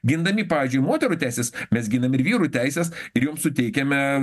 gindami pavyzdžiui moterų teises mes ginam ir vyrų teises ir jums suteikiame